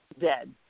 dead